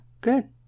good